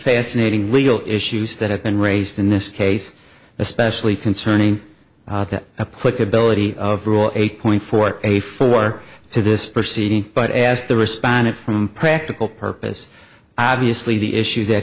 fascinating legal issues that have been raised in this case especially concerning that a quick ability of rule eight point four a for this proceeding but as the respondent from practical purpose obviously the issue that